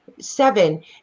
seven